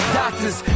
doctors